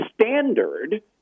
standard